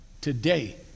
today